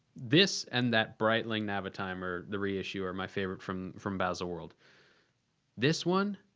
this and that breitling navitimer, the reissue are my favorite from from baselworld. this one?